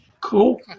Cool